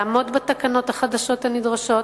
לעמוד בתקנות החדשות הנדרשות,